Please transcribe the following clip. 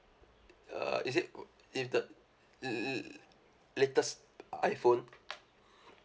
uh is it is the l~ latest iphone